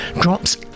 drops